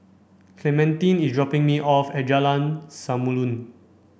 clementine is dropping me off at Jalan Samulun